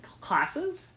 classes